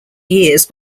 years